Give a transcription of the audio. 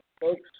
folks